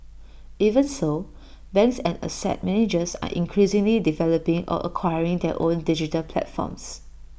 even so banks and asset managers are increasingly developing or acquiring their own digital platforms